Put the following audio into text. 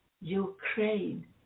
Ukraine